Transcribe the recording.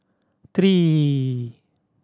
three